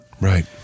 Right